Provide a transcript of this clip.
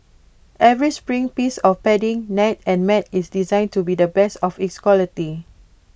every spring piece of padding net and mat is designed to be the best of its quality